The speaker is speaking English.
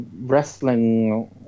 wrestling